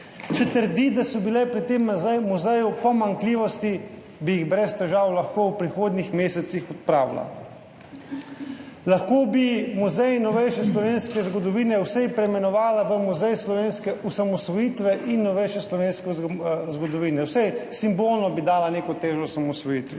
Če trdi, da so bile pri tem muzeju pomanjkljivosti, bi jih brez težav lahko v prihodnjih mesecih odpravila. Lahko bi Muzej novejše slovenske zgodovine vsaj preimenovala v Muzej slovenske osamosvojitve in novejše slovenske zgodovine, vsaj simbolno bi dala neko težo osamosvojitvi.